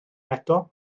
eto